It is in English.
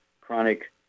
chronic